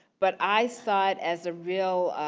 but i saw it as a real,